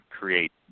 create